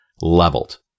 leveled